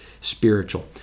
spiritual